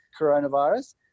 coronavirus